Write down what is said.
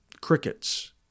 crickets